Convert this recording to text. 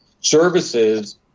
services